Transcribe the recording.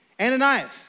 Ananias